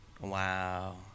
Wow